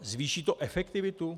Zvýší to efektivitu?